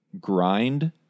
grind